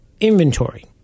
inventory